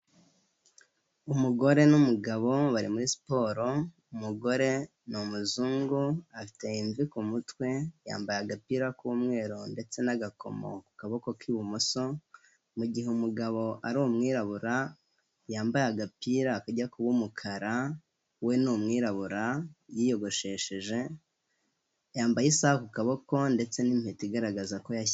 Umugore n'umugabo bari muri siporo, umugore ni umuzungu afite imvi ku mutwe, yambaye agapira k'umweru ndetse n'agakomo ku kaboko k'ibumoso, mu gihe umugabo ari umwirabura yambaye agapira kajya kuba umukara, we ni umwirabura, yiyogoshesheje, yambaye isaha ku kaboko ndetse n'impeta igaragaza ko yashyingiwe.